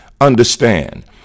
understand